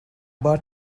but